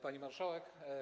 Pani Marszałek!